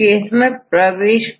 किंतु कुछ केस में चैनल बंद रहेगा